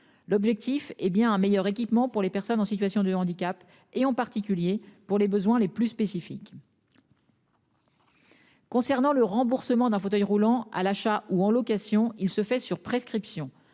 l'objectif hé bien meilleur équipement pour les personnes en situation de handicap et en particulier pour les besoins les plus spécifiques. Concernant le remboursement d'un fauteuil roulant à l'achat ou en location, il se fait sur prescription.